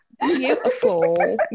beautiful